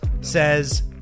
says